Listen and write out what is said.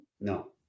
No